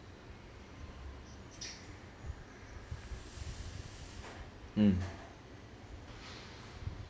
mm